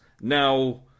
now